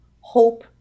hope